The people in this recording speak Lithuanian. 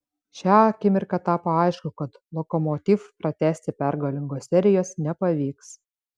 šią akimirką tapo aišku kad lokomotiv pratęsti pergalingos serijos nepavyks